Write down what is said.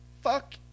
Fuck